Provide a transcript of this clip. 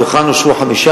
ומתוכן אושרו חמש,